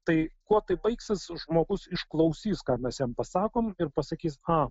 tai kuo tai baigsis žmogus išklausys ką mes jam pasakom ir pasakys a